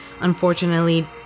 unfortunately